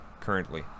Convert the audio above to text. currently